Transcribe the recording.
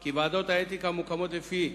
כי ועדות האתיקה המוקמות לפי